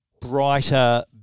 brighter